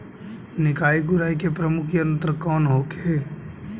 निकाई गुराई के प्रमुख यंत्र कौन होखे?